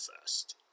first